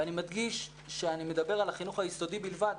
ואני מדגיש שאני מדבר על החינוך היסודי בלבד,